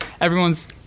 Everyone's